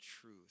truth